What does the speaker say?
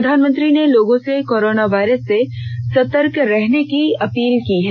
प्रधानमंत्री ने लोगों से कोरोना वायरस से सर्तक रहने की अपील की है